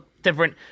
different